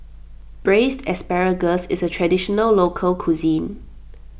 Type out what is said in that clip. Braised Asparagus is a Traditional Local Cuisine